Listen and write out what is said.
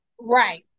Right